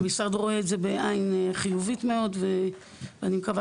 המשרד רואה את זה בעין חיובית מאוד ואני מקווה